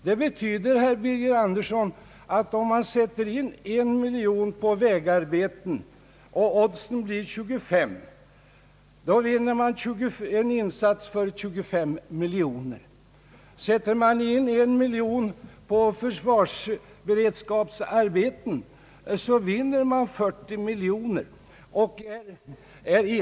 Det betyder, herr Birger Andersson, att om man sätter in 1 miljon på vägarbeten och oddset blir 25, så vinner man 25 miljoner. Sätter man in 1 miljon på försvarsberedskapsarbeten, så vinner man 40 miljoner, om oddset är 40.